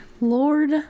lord